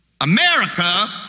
America